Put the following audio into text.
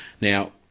Now